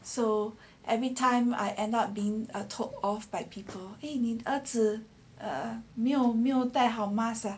so everytime I end up being told off by people 你的儿子啊没有没有戴好 mask ah